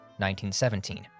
1917